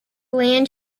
land